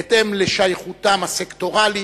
בהתאם לשייכותם הסקטוריאלית,